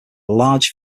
large